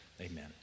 Amen